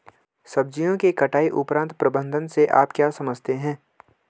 सब्जियों के कटाई उपरांत प्रबंधन से आप क्या समझते हैं?